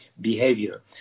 behavior